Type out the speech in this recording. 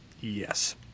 yes